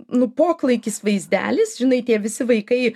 nu poklaikis vaizdelis žinai tie visi vaikai